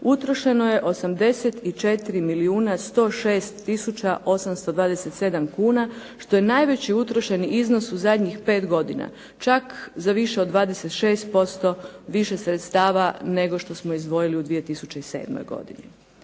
milijuna 106 tisuća 827 kuna što je najveći utrošeni iznos u zadnjih pet godina, čak za više od 26% više sredstava nego što smo izdvojili u 2007. godini.